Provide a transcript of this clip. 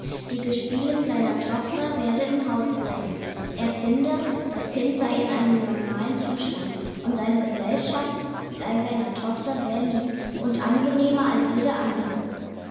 die gespielin seiner tochter werde im hause bleiben er finde das kind sei in einem normalen zustand und seine gesellschaft sei seiner tochter sehr lieb und angenehmer als jede andere